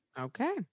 Okay